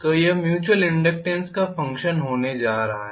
तो यह mutual inductance का फंक्शन होने जा रहा है